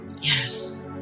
yes